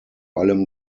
allem